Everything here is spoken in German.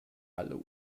alle